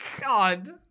God